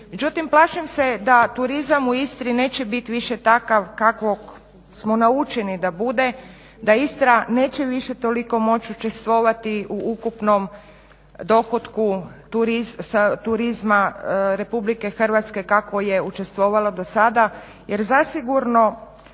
Međutim plašim se da turizam u Istri neće biti više takav kakvog smo naučeni da bude, da Istra neće više toliko moći učestvovati u ukupnom dohotku turizma Republike Hrvatske kako je učestvovala do sada jer zasigurno